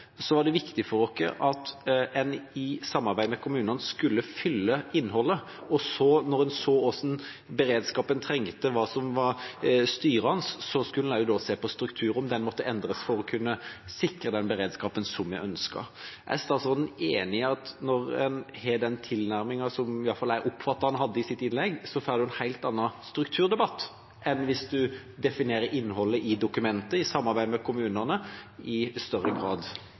så – når en så hvilken beredskap en trengte, og hva som var styrende – skulle en se på struktur, om den måtte endres for å kunne sikre den beredskapen vi ønsket. Er statsråden enig i at når en har den tilnærmingen – som i hvert fall jeg oppfattet at han hadde i sitt innlegg – får en en helt annen strukturdebatt enn hvis en i større grad definerer innholdet i dokumentet i samarbeid med kommunene? Tjenestetilbudet politiet lover i